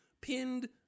pinned